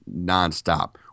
nonstop